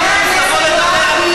חברי הכנסת, נא להירגע.